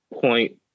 point